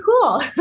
cool